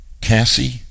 Cassie